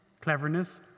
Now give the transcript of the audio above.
cleverness